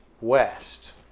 west